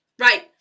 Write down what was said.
Right